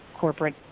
corporate